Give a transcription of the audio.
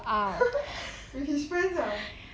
with his friends ah